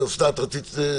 אוסנת, רצית שאלה?